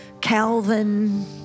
Calvin